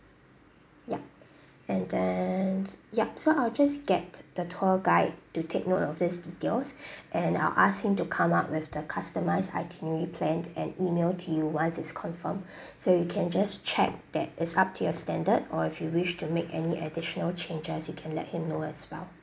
ya and then yup so I'll just get the tour guide to take note of this details and I'll ask him to come up with the customised itinerary planned and email to you once it's confirmed so you can just check that it's up to your standard or if you wish to make any additional changes you can let him know as well